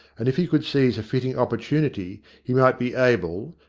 and if he could seize a fitting opportunity he might be able,